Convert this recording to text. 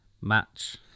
match